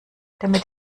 damit